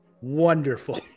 Wonderful